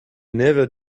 never